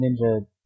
Ninja